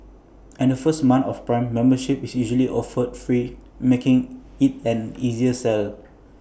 and the first month of prime membership is usually offered free making IT an easier sell